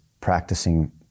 practicing